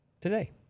today